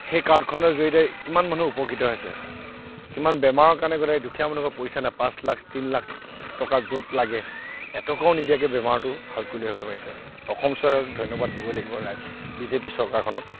সেই কাৰ্ডখনৰ জৰিয়তে কিমান মানুহ উপকৃত হৈছে কিমান বেমাৰৰ কাৰণে গোটেই দুখীয়া মানুহ কোনোবা পইচা নাই পাঁচ লাখ তিনি লাখ টকা য'ত লাগে এটকাও নিদিয়াকে বেমাৰটো ভাল কৰি লৈ আহিব পাৰিছে অসম চৰকাৰক ধন্যবাদ দিবই লাগিব ৰাইজে বিজেপি চৰকাৰখনক